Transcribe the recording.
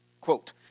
Quote